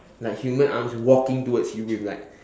like human arms walking towards you with like